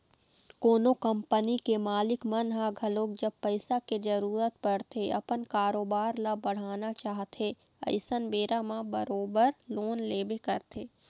कोनो कंपनी के मालिक मन ह घलोक जब पइसा के जरुरत पड़थे अपन कारोबार ल बढ़ाना चाहथे अइसन बेरा म बरोबर लोन लेबे करथे